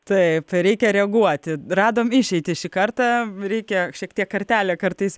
taip reikia reaguoti radom išeitį šį kartą reikia šiek tiek kartelę kartais